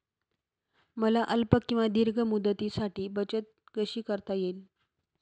मला अल्प किंवा दीर्घ मुदतीसाठी बचत कशी करता येईल?